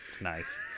Nice